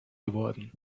geworden